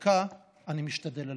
בדרכה אני משתדל ללכת.